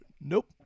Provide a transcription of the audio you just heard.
Nope